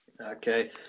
Okay